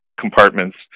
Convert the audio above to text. compartments